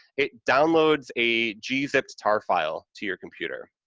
it downloads a g zipped tar file to your computer,